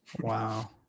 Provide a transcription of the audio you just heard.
Wow